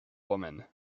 woman